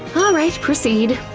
alright, proceed.